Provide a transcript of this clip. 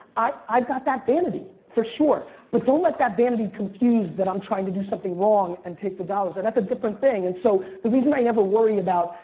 i've got that vanity, for sure. but don't let that vanity confuse that i'm trying to do something wrong and take the dollars and that's a different thing. and so the reason i never worry about,